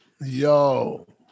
Yo